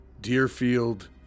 Deerfield